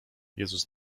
jezus